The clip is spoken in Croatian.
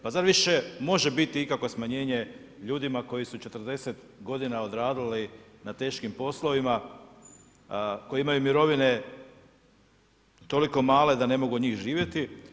Pa zar više može biti ikakvo smanjenje ljudima koji su 40 godina odradili na teškim poslovima, koji imaju mirovine toliko male da ne mogu od njih živjeti.